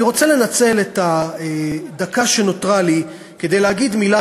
אני רוצה לנצל את הדקה שנותרה לי כדי להגיד מילה